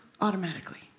automatically